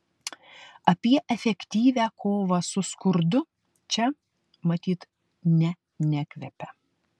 apie efektyvią kovą su skurdu čia matyt ne nekvepia